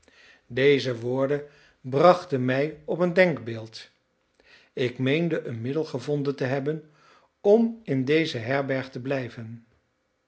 deze woorden brachten mij op een denkbeeld ik meende een middel gevonden te hebben om in deze herberg te blijven